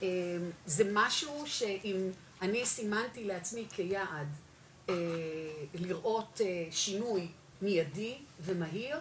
זה משהו שאם אני סימנתי לעצמי כיעד לראות שינוי מידי ומהיר,